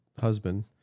husband